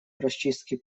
расчистке